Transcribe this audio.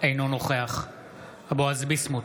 אינו נוכח בועז ביסמוט,